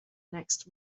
next